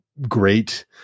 great